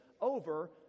over